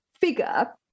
figure